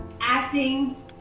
acting